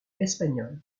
espagnol